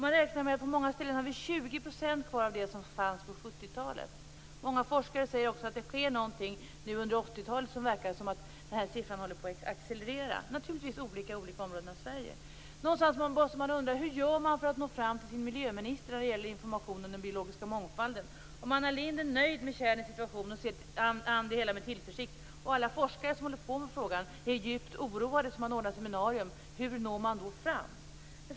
Man räknar med att vi på många ställen har 20 % kvar av det antal som fanns på 70-talet. Många forskare säger också att det sker någonting nu, och sedan 80-talet verkar det som att den siffran håller på att accelerera. Det är naturligtvis olika i olika områden i Sverige. Någonstans måste man undra: Hur gör man för att nå fram till sin miljöminister när det gäller informationen om den biologiska mångfalden? Om Anna Lindh är nöjd med tjäderns situation och ser an det hela med tillförsikt, och alla forskare som håller på med frågan är djupt oroade och ordnar seminarium, hur når man då fram?